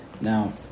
Now